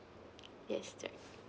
yes right